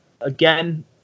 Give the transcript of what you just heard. Again